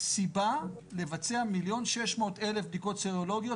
הסיבה לבצע 1,600,000 בדיקות סרולוגיות,